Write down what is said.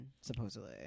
supposedly